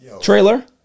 trailer